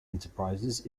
enterprises